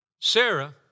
Sarah